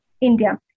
India